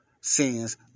sins